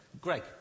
greg